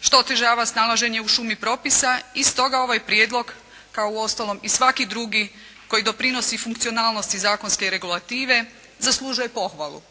što otežava snalaženje u šumi propisa i stoga ovaj prijedlog, kao u ostalom i svaki drugi, koji doprinosi funkcionalnosti zakonske regulative, zaslužuje pohvalu.